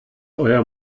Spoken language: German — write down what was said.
euer